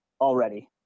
already